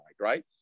right